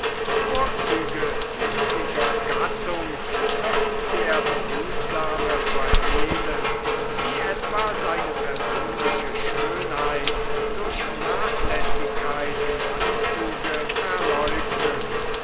vorzüge niedriger gattung wird der behutsame verhehlen wie etwa seine persönliche schönheit durch nachlässigkeit im anzüge verleugnen